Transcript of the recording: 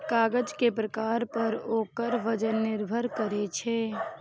कागज के प्रकार पर ओकर वजन निर्भर करै छै